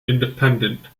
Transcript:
independent